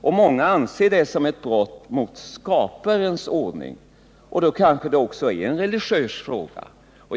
och många anser det vara ett brott mot skaparens ordning. Då kanske det också är en religiös fråga.